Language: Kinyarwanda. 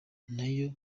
nayo